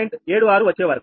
76 వచ్చేవరకు